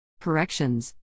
Corrections